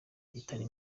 itari